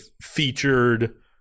featured